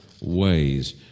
ways